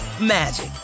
magic